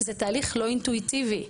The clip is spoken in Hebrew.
זה תהליך לא אינטואיטיבי.